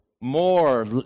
more